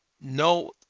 No